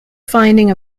finding